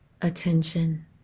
attention